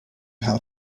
how